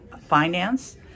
finance